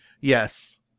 Yes